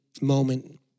moment